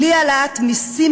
בלי העלאת מסים,